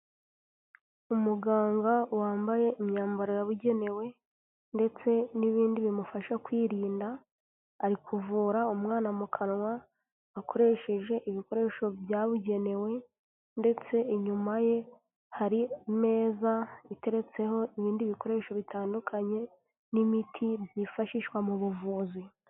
Umuganga wambaye imyambaro yabugenewe ndetse n'ibindi bimufasha kwirinda ari kuvura umwana mu kanwa akoresheje ibikoresho byabugenewe ndetse inyuma ye hari imeza iteretseho ibindi bikoresho bitandukanye n'imiti byifashishwa mu buvuzi.